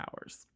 hours